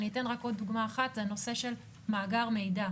אני אתן רק עוד דוגמה אחת, זה הנושא של מאגר מידע.